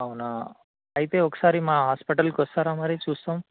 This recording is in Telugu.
అవునా అయితే ఒకసారి మా హాస్పిటల్కి వస్తారా మరి చూస్తాం